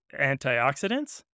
antioxidants